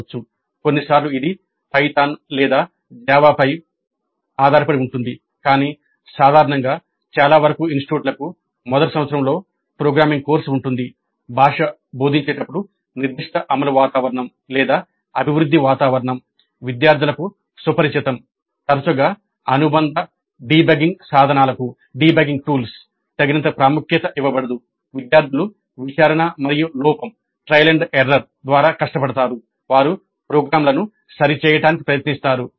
ఉదాహరణకు ఒక సాధారణ ప్రోగ్రామింగ్ వాతావరణంలో ద్వారా కష్టపడతారు వారు ప్రోగ్రామ్లను సరిచేయడానికి ప్రయత్నిస్తారు